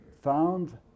found